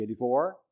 1984